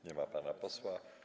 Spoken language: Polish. Nie ma pana posła.